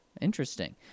Interesting